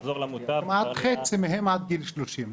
לחזור למוטב --- כמעט חצי מהם עד גיל 30,